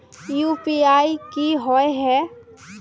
UPI की होय है?